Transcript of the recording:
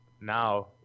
now